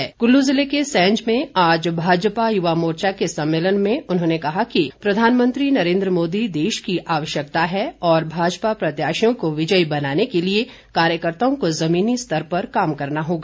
क़ल्ल़ ज़िले के सैंज में आज भाजपा युवा मोर्चा के सम्मेलन में उन्होंने कहा कि प्रधानमंत्री नरेन्द्र मोदी देश की आवश्यकता है और भाजपा प्रत्याशियों को विजयी बनाने के लिए कार्यकर्ताओं को जमीनी स्तर पर काम करना होगा